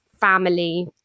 family